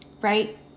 right